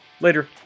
Later